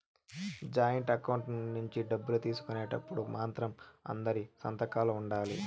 joint account నుంచి డబ్బులు తీసుకునేటప్పుడు మాత్రం అందరి సంతకాలు ఉండాలి